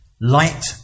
Light